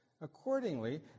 Accordingly